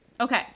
Okay